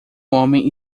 homem